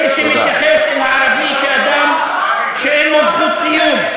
מי שמתייחס אל ערבי כאל אדם שאין לו זכות קיום,